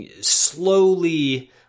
slowly